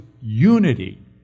unity